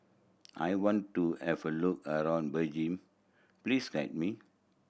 I want to have a look around Beijing please guide me